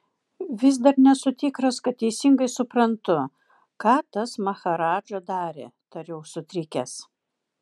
vis dar nesu tikras kad teisingai suprantu ką tas maharadža darė tariau sutrikęs